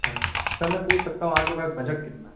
اچھا سر میں پوچھ سکتا ہوں آپ کے پاس بجٹ کتنا ہے